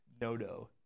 no-no